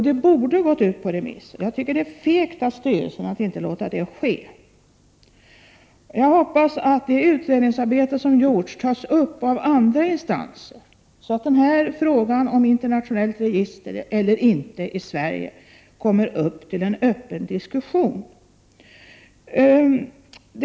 Det borde ha gått ut på remiss. Jag tycker det är fegt av styrelsen att inte låta detta ske. Jag hoppas att det utredningsarbete som gjorts tas upp av andra instanser, så att frågan om ett internationellt register eller inte i Sverige kommer upp till en öppen diskussion.